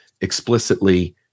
explicitly